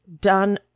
done